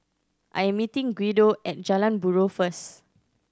I am meeting Guido at Jalan Buroh first